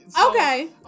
Okay